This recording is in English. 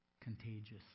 Contagious